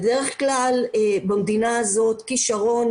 בדרך כלל במדינה הזאת כישרון,